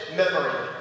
memory